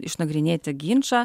išnagrinėti ginčą